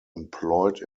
employed